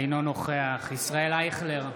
אינו נוכח ישראל אייכלר,